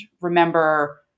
remember